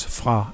fra